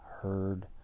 heard